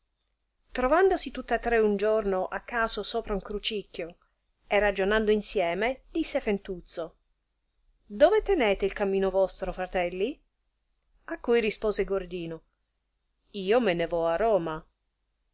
trovandosi tutta tre un giorno a caso sopra un crucichio e ragionando insieme disse fentuzzo dove tenete il camino vostro fratelli a cui rispose gordino io me ne vo a roma